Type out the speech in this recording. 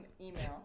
email